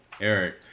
Eric